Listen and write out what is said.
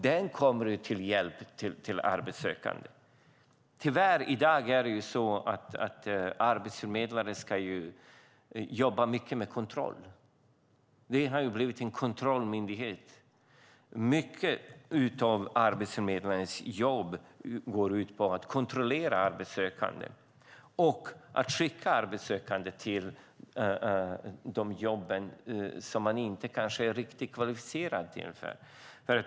Tyvärr är det i dag så att arbetsförmedlare ska jobba mycket med kontroll. Det har blivit en kontrollmyndighet. Mycket av arbetsförmedlarens jobb går ut på att kontrollera arbetssökande och skicka dem till jobb som de kanske inte är riktigt kvalificerade till.